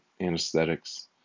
anesthetics